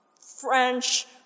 French